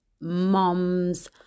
mom's